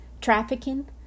trafficking